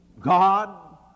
God